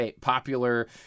popular